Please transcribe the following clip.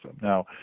Now